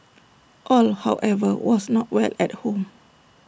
all however was not well at home